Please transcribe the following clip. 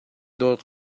dawt